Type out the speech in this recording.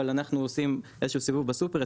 אבל אנחנו עושים איזשהו סיבוב בסופר,